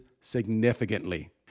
significantly